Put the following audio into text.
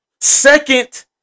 Second